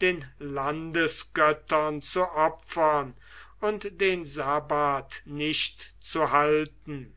den landesgöttern zu opfern und den sabbath nicht zu halten